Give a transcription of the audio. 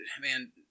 Man